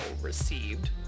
received